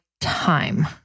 time